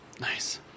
Nice